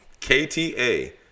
KTA